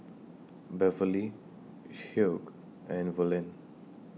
Beverlee Hugh and Verlyn